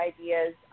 ideas